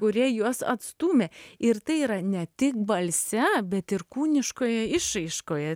kurie juos atstūmė ir tai yra ne tik balse bet ir kūniškoje išraiškoje